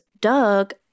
Doug